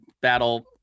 battle